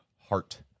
heart